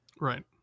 Right